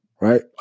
right